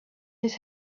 his